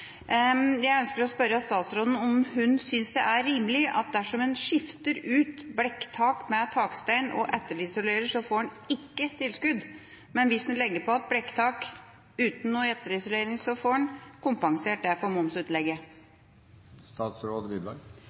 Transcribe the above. dersom en skifter ut blikktak med takstein og etterisolerer, så får en ikke tilskudd, men hvis en legger på igjen blikktak uten noe etterisolering, får en kompensert for det momsutlegget. Da denne ordningen for